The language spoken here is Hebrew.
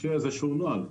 וצריך שיהיה איזשהו נוהל.